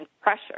pressure